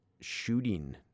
shooting